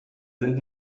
sind